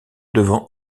devant